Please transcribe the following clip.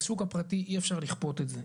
בשוק הפרטי אי אפשר לכפות את זה.